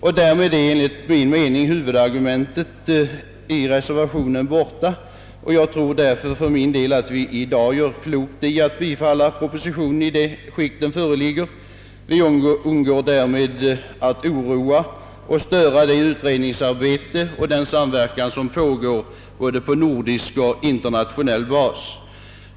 Därmed är enligt min mening huvudargumentet i reservationen borta. Jag tror därför att vi i dag gör klokt i att bifalla propositionen i det skick den föreligger. Vi undgår därmed att oroa och störa det utredningsarbete och den samverkan som pågår på både nordisk och internationell bas.